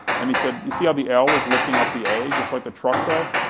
and he said, you see how the l is lifting up the a, just like the truck does?